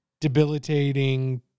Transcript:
debilitating